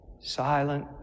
Silent